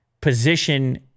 position